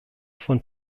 von